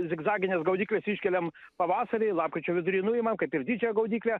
zigzagines gaudykles iškeliam pavasarį lapkričio vidury nuimam kaip ir didžiąją gaudyklę